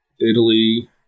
Italy